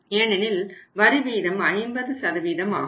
ஏனெனில் வரி வீதம் 50 சதவீதம் ஆகும்